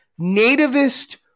nativist